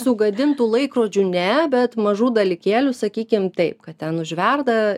sugadintų laikrodžių ne bet mažų dalykėlių sakykim taip kad ten užverda